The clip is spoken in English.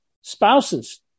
spouses